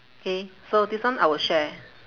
K so this one I will share